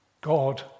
God